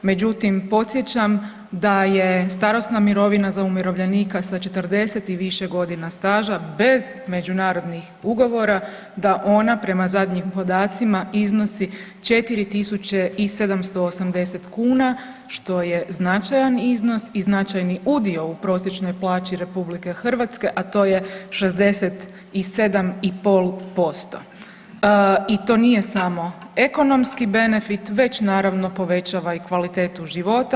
Međutim, podsjećam da je starosna mirovina za umirovljenika sa 40 i više godina staža bez međunarodnih ugovora da ona prema zadnjim podacima iznosi 4.780 kuna, što je značajan iznos i značajni udio u prosječnoj plaći RH, a to je 67,5% i to nije samo ekonomski benefit već naravno povećava i kvalitetu života.